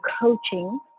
coaching